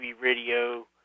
Radio